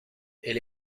elle